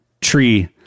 tree